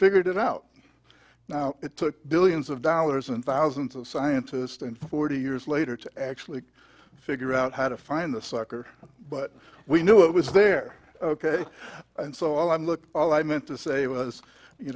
figured it out now it took billions of dollars and thousands of scientists and forty years later to actually figure out how to find the sucker but we knew it was there ok and so i'm look all i meant to say was you